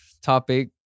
topic